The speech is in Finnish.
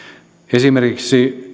esimerkiksi